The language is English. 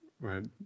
Right